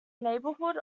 neighborhood